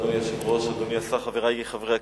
אדוני היושב-ראש, אדוני השר, חברי חברי הכנסת,